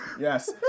Yes